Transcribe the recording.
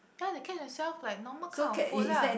ya they catch them self like normal kind of food lah